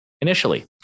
initially